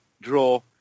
draw